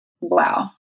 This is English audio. Wow